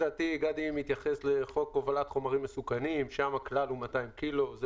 הוא 200 קילו,